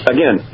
Again